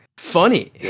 funny